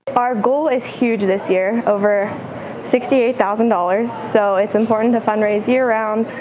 our goal is huge this year, over sixty eight thousand dollars. so it's important to fundraise year-round,